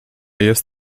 jest